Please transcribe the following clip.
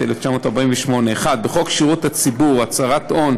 התש"ח 1948: בחוק שירות הציבור (הצהרת הון),